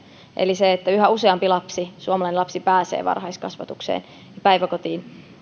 eli se että yhä useampi lapsi suomalainen lapsi pääsee varhaiskasvatukseen ja